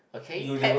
okay pets